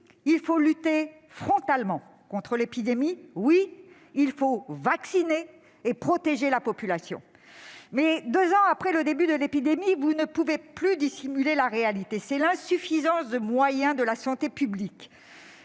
il faut lutter frontalement contre l'épidémie ! Oui, il faut vacciner et protéger la population ! Mais deux ans après le début de l'épidémie, monsieur le ministre, vous ne pouvez plus dissimuler la réalité : c'est l'insuffisance des moyens alloués à la santé publique